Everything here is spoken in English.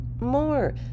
more